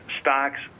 stocks